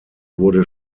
wurde